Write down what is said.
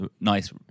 Nice